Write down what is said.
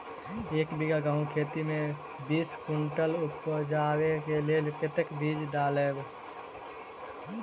एक बीघा गेंहूँ खेती मे बीस कुनटल उपजाबै केँ लेल कतेक बीज डालबै?